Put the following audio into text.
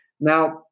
Now